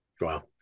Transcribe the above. Wow